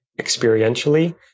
experientially